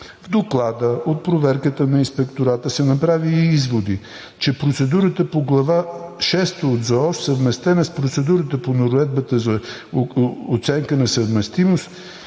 В доклада от проверката на Инспектората са направили изводи, че процедурата по Глава VI от ЗООС, съвместена с процедурата по Наредбата за оценка на съвместимост